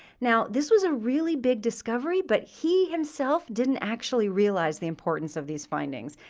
now this was a really big discovery, but he himself didn't actually realize the importance of these findings.